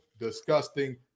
disgusting